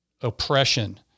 oppression